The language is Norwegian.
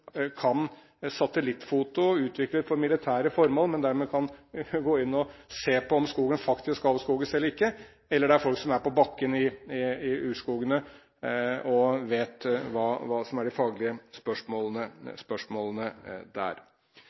kan gå inn og se på om skogen faktisk avskoges eller ikke, eller det er folk som er på bakken i urskogene og vet hva de faglige spørsmålene der